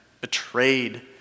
Betrayed